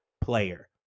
Player